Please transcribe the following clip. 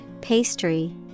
pastry